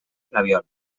flabiol